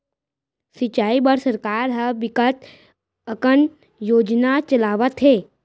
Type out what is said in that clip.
सिंचई बर सरकार ह बिकट अकन योजना चलावत हे